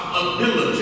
ability